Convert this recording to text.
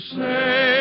say